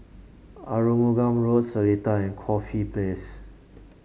Arumugam Road Seletar and Corfe Place